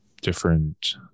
different